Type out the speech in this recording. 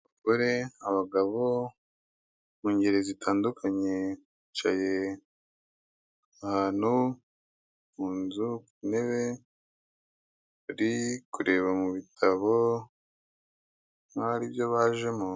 Abagore, abagabo mu ngeri zitandukanye bicaye ahantu ku nzu ku ntebe bari kureba mu bitabo nkaho ari byo bajemo.